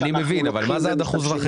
אני מבין אבל מה זה עד 1.5%?